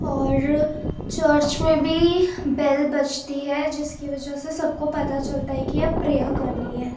اور چرچ میں بھی بیل بجتی ہے جس کی وجہ سے سب کو پتہ چلتا ہے کہ اب پریئر کرنی ہے